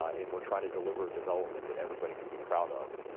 ah and we are trying to deliver development that everybody can be proud of.